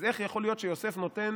אז איך יכול להיות שיוסף נותן